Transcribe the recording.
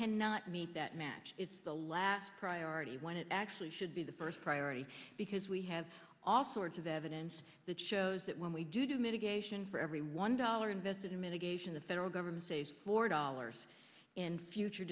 cannot meet that match is the last priority when it actually should be the first priority because we have all sorts of evidence that shows that when we do to mitigate for every one dollar invested in mitigation the federal government says four dollars in future